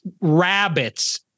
rabbits